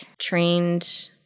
trained